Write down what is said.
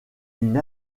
une